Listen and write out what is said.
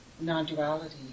non-duality